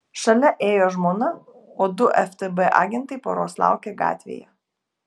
šalia ėjo žmona o du ftb agentai poros laukė gatvėje